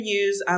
use